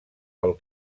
pel